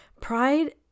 Pride